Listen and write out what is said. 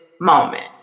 moment